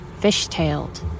fishtailed